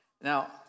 Now